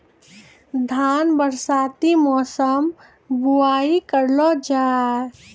धान बरसाती मौसम बुवाई करलो जा?